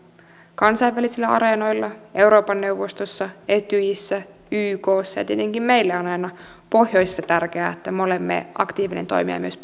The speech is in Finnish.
kansainvälisillä areenoilla euroopan neuvostossa etyjissä ykssa ja tietenkin meille on aina pohjoisessa tärkeää että me olemme aktiivinen toimija myös